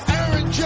Aaron